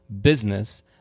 business